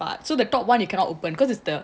but so the top one you cannot open cause it's the